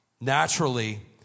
Naturally